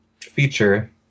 feature